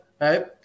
Right